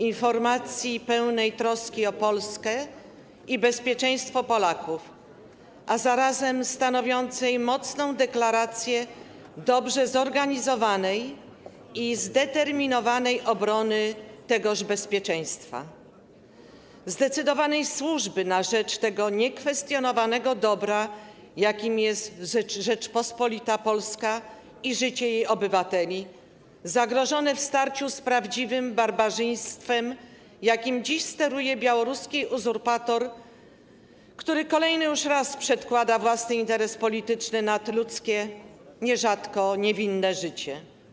Informacji pełnej troski o Polskę i bezpieczeństwo Polaków, a zarazem stanowiącej mocną deklarację dobrze zorganizowanej i zdeterminowanej obrony tegoż bezpieczeństwa, zdecydowanej służby na rzecz niekwestiowanego dobra, jakie stanowią Rzeczpospolita Polska i życie jej obywateli, zagrożone w starciu z prawdziwym barbarzyństwem, jakim dziś steruje białoruski uzurpator, który kolejny już raz przedkłada własny interes polityczny nad ludzkie, nierzadko niewinne, życie.